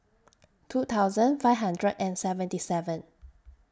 two thousand five hundred and seventy seven